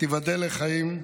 תיבדל לחיים,